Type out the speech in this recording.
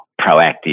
proactive